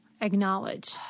acknowledge